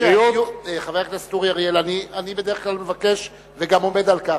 אני בדרך כלל מבקש וגם עומד על כך,